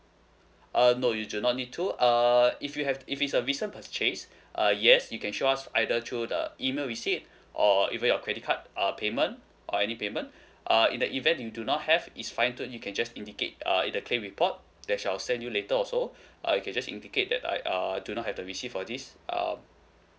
uh no you do not need to uh if you have if it's a recent purchase uh yes you can show us either through the email receipt or even your credit card uh payment or any payment uh in the event you do not have is fine too you can just indicate err in the claim report that's I will send you later also uh you can just indicate that I err do not have the receipt for this uh